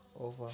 over